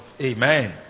Amen